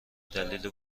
دلیل